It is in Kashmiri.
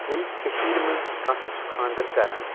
ییٚلہِ کٔشیٖرِ منٛز کانٛہہ تہِ چھُ خاندَر کَران